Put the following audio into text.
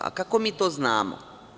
A kako mi to znamo?